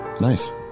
Nice